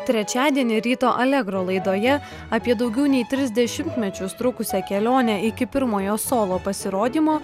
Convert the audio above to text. trečiadienį ryto allegro laidoje apie daugiau nei tris dešimtmečius trukusią kelionę iki pirmojo solo pasirodymo